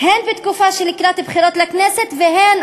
הן בתקופה שלקראת הבחירות לכנסת והן",